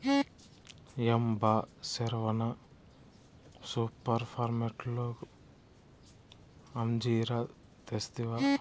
ఏం బా సెరవన సూపర్మార్కట్లో అంజీరా తెస్తివా